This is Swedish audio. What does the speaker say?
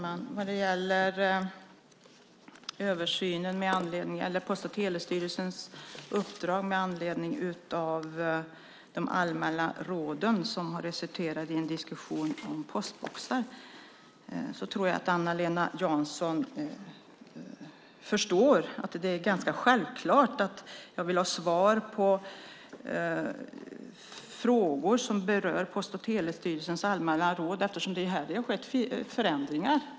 Herr talman! Vad gäller Post och telestyrelsens uppdrag med anledning av de allmänna råden - som har resulterat i en diskussion om fastighetsboxar - tror jag att Anna-Lena Jansson förstår att det är ganska självklart att jag vill ha svar på frågor som berör Post och telestyrelsens allmänna råd eftersom det är här det har skett förändringar.